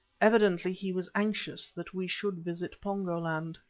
evidently he was anxious that we should visit pongo-land.